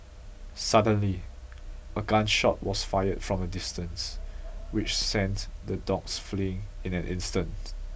suddenly a gun shot was fired from a distance which sent the dogs fleeing in an instant